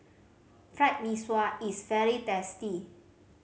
Fried Mee Sua is very tasty